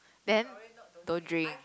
then don't drink